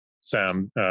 Sam